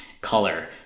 color